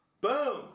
Boom